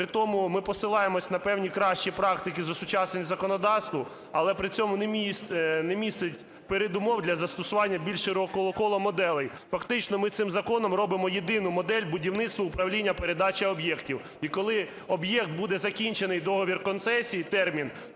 При тому, ми посилаємось на певні кращі практики з осучаснення законодавства, але при цьому не містить передумов для застосування більш широкого кола моделей. Фактично ми цим законом робимо єдину модель будівництва, управління, передачі об'єктів. І коли об'єкт буде закінчений, договір концесії, термін,